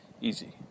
easy